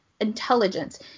intelligence